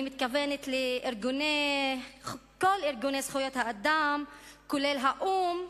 אני מתכוונת לכל ארגוני זכויות האדם, כולל האו"ם,